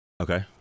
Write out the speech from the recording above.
Okay